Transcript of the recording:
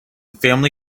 family